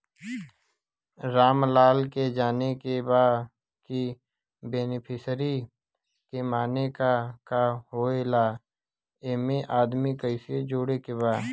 रामलाल के जाने के बा की बेनिफिसरी के माने का का होए ला एमे आदमी कैसे जोड़े के बा?